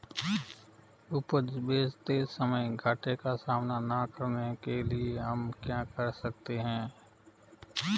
उपज बेचते समय घाटे का सामना न करने के लिए हम क्या कर सकते हैं?